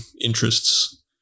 interests